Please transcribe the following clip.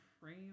frame